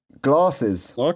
glasses